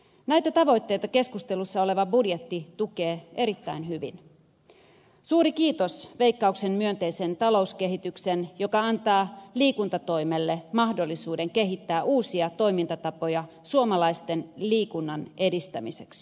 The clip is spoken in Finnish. näitä tavoitteita keskustelussa oleva budjetti tukee erittäin hyvin suuri kiitos veikkauksen myönteisen talouskehityksen joka antaa liikuntatoimelle mahdollisuuden kehittää uusia toimintatapoja suomalaisten liikunnan edistämiseksi